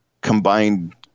combined